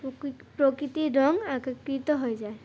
প্রকৃতির রং আঁকি তো হয়ে যায়